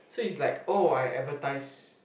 so it's like oh I advertise